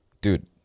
Dude